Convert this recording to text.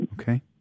okay